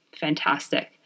Fantastic